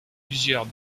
plusieurs